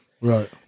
Right